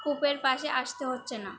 কূপের পাশে আসতে হচ্ছে না